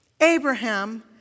Abraham